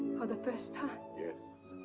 for the first time? yes.